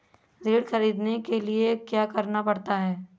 ऋण ख़रीदने के लिए क्या करना पड़ता है?